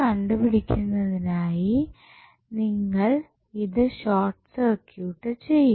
കണ്ടു പിടിക്കുന്നതിനായി നിങ്ങൾ ഇത് ഷോർട്ട് സർക്യൂട്ട് ചെയ്യും